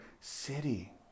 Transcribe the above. city